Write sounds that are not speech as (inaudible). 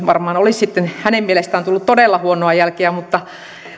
(unintelligible) varmaan olisi hänen mielestään tullut todella huonoa jälkeä mutta